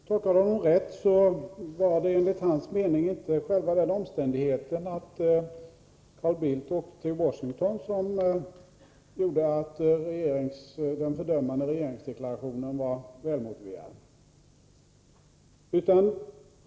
Fru talman! Jag blev något konfunderad när jag hörde Olle Svenssons Onsdagen den anförande. Om jag tolkade honom rätt var det enligt hans mening inte själva — 23 maj 1984 omständigheten att Carl Bildt åkte till Washington som gjorde att den fördömande regeringsdeklarationen var välmotiverad.